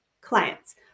clients